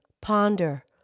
ponder